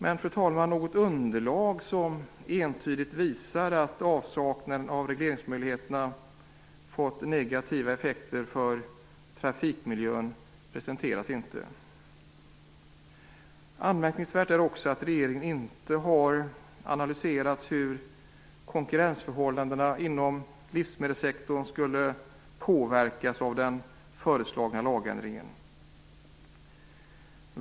Men något underlag som entydigt visar att avsaknaden av regleringsmöjligheterna fått negativa effekter för trafikmiljön presenteras inte. Anmärkningsvärt är också att regeringen inte har analyserat hur konkurrensförhållandena inom livsmedelssektorn skulle påverkas av den föreslagna lagändringen.